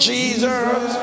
Jesus